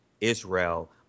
israel